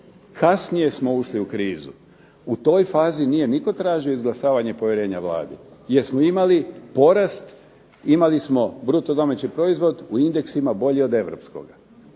Kasnije smo ušli u krizu. U toj fazi nije nitko tražio izglasavanje povjerenja Vladi, jer smo imali porast, imali smo bruto domaći proizvod u indeksima bolji od europskoga.